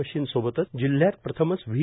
machine सोबतच जिल्ह्यात प्रथमच व्ही